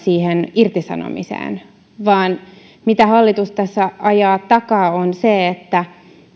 irtisanomiseen vaan se mitä hallitus tässä ajaa takaa on se että